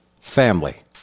Family